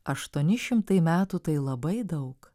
aštuoni šimtai metų tai labai daug